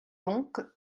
donc